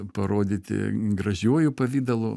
parodyti gražiuoju pavidalu